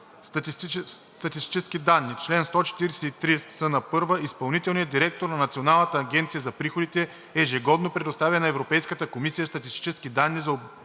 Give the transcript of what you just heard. „Статистически данни Чл. 143c1. Изпълнителният директор на Националната агенция за приходите ежегодно предоставя на Европейската комисия статистически данни за обема